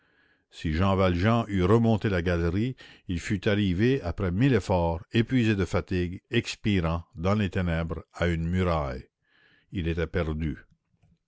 si jean valjean eût remonté la galerie il fût arrivé après mille efforts épuisé de fatigue expirant dans les ténèbres à une muraille il était perdu